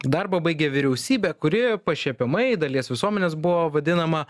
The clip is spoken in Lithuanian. darbą baigė vyriausybė kuri pašiepiamai dalies visuomenės buvo vadinama